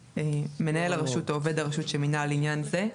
מנהל הרשות או עובד הרשות שמינה לעניין זה,